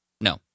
No